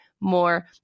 more